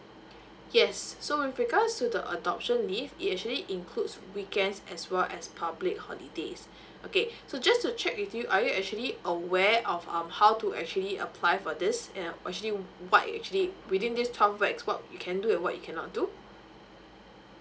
yes so with regards to the adoption leave it actually includes weekends as well as public holidays okay so just to check with you are you actually aware of um how to actually apply for this and uh actually what it actually within these what you can do and what you cannot do